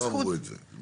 לא, הם לא אמרו את זה.